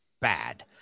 bad